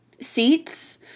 seats